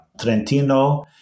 Trentino